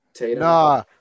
Nah